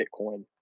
bitcoin